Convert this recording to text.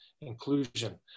inclusion